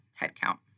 headcount